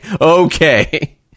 Okay